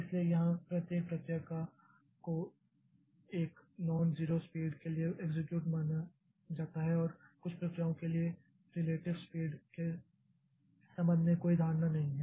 इसलिए यहां प्रत्येक प्रक्रिया को एक नॉन ज़ीरो स्पीड के लिए एक्सेक्यूट माना जाता है और कुछ प्रक्रियाओं के रिलेटिव स्पीड के संबंध में कोई धारणा नहीं है